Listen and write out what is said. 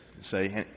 say